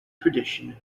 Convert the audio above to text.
tradition